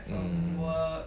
mm